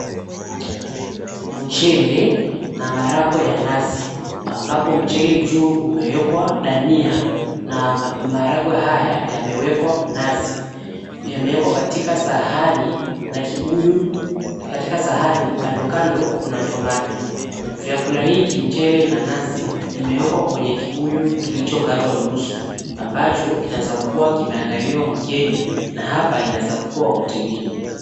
Mchele na maharagwe ya nazi ambapo mchele juu umewekwa dania na maharagwe haya yamewekwa nazi. Yamewekwa katika sahani na kibuyu na katika sahani kando kando kuna tomato . Vyakula hiki mchele na nazi imewekwa kwenye kibuyu kilichokatwa nusu ambacho kinaweza kuwa kimeandaliwa mgeni na hapa inaweza kuwa hotelini.